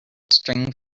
string